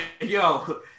Yo